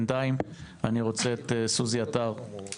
בינתיים, אני רוצה את סוזי עטר, בבקשה.